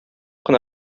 кына